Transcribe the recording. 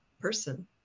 person